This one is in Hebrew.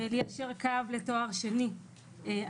ליישר קו לתואר שני,